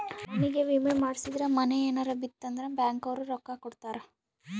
ಮನಿಗೇ ವಿಮೆ ಮಾಡ್ಸಿದ್ರ ಮನೇ ಯೆನರ ಬಿತ್ ಅಂದ್ರ ಬ್ಯಾಂಕ್ ಅವ್ರು ರೊಕ್ಕ ಕೋಡತರಾ